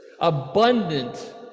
abundant